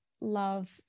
love